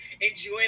enjoy